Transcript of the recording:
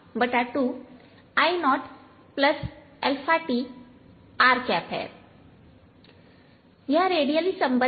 यह रेडियली संबद्ध है